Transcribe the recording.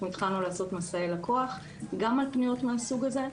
התחלנו לעשות מסעי לקוח גם על פניות מהסוג הזה.